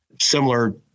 similar